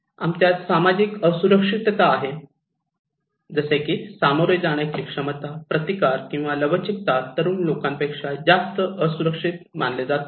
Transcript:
आमच्यात सामाजिक असुरक्षितता आहे जसे की सामोरे जाण्याची क्षमता प्रतिकार किंवा लवचीकता तरुण लोकांपेक्षा जास्त असुरक्षित मानले जातात